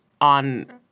on